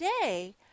today